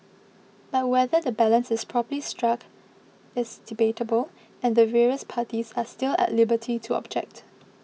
but whether the balance is properly struck is debatable and the various parties are still at liberty to object